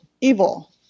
evil